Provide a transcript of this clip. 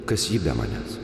kas ji be manęs